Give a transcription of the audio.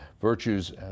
virtues